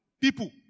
People